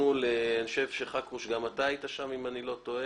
- אני חושב שגם חכרוש היה בו, אם אני לא טועה,